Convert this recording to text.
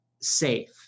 safe